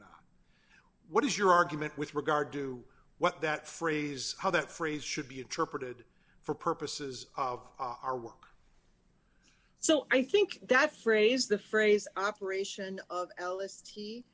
not what is your argument with regard to what that phrase how that phrase should be interpreted for purposes of our work so i think that phrase the phrase operation of